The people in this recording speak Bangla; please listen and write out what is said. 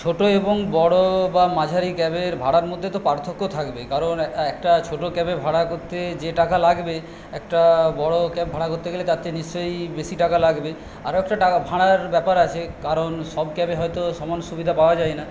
ছোটো এবং বড়ো বা মাঝারি ক্যাবের ভাড়ার মধ্যে তো পার্থক্য থাকবে কারণ একটা ছোটো ক্যাবে ভাড়া করতে যে টাকা লাগবে একটা বড়ো ক্যাব ভাড়া করতে গেলে তার থেকে নিশ্চই বেশি টাকা লাগবে আর একটা ভাড়ার ব্যাপার আছে সব ক্যাবে হয়তো সমান সুবিধা পাওয়া যায় না